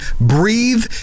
breathe